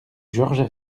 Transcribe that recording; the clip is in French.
georges